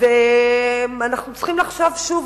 אז אנחנו צריכים לחשוב שוב,